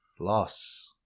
Loss